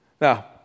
Now